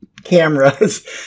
cameras